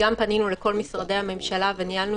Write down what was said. גם פנינו לכל משרדי הממשלה וניהלו